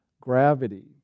gravity